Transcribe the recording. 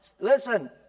listen